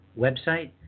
website